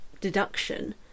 deduction